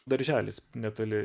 darželis netoli